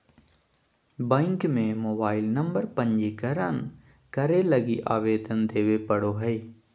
bank में mobile number पंजीकरण करे लगी आवेदन देबे पड़ो हइ